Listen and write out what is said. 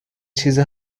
چیز